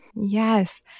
Yes